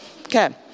Okay